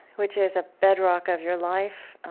which is a bedrock of your life.